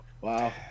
Wow